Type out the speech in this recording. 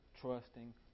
trusting